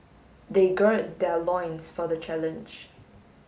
they gird their loins for the challenge